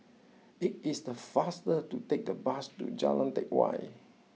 it is the faster to take the bus to Jalan Teck Whye